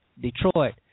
Detroit